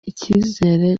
icyizere